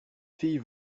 fille